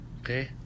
okay